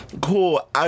cool